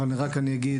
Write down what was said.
אבל רק אני אגיד,